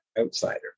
outsider